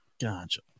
Gotcha